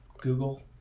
Google